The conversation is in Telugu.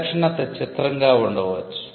విలక్షణత చిత్రంగా ఉండవచ్చు